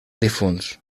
difunts